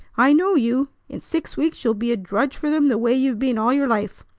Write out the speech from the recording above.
i know you. in six weeks you'll be a drudge for them the way you've been all your life!